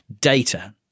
Data